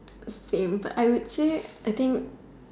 fame but I would say I think